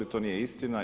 To nije istina.